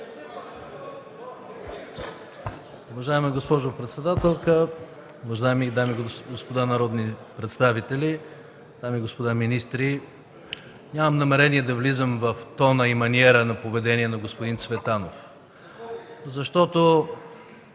Уважаема госпожо председател, уважаеми дами и господа народни представители, дами и господа министри! Нямам намерение да влизам в тона и маниера на поведение на господин Цветанов, защото